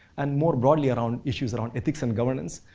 and more broadly around issues around ethics and governance.